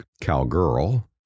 cowgirl